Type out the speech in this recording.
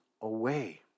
away